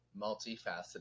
multifaceted